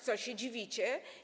Co się dziwicie?